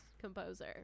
composer